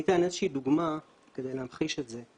אני אתן איזושהי דוגמה כדי להמחיש את זה.